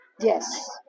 Yes